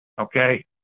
Okay